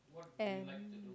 and